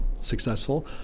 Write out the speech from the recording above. successful